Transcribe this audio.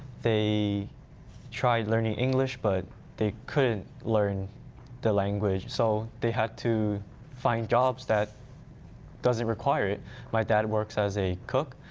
they tried learning english, but they couldn't learn the language. so they had to find jobs that doesn't require. my dad work so as a cook.